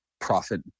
profit